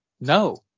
no